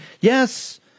Yes